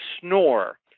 snore